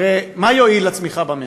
הרי מה יועיל לצמיחה במשק?